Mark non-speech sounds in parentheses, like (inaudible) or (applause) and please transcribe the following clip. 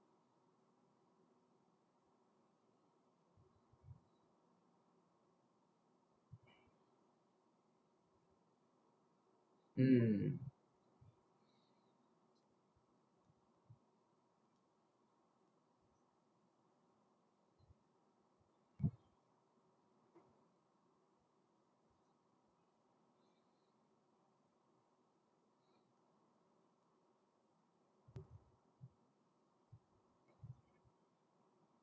mm (noise)